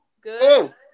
good